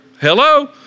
Hello